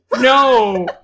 No